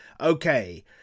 Okay